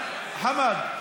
חמד,